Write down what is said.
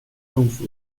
政府